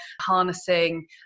harnessing